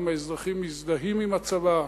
האם האזרחים מזדהים עם הצבא,